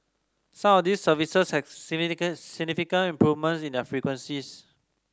some of these services have significant significant improvement in their frequencies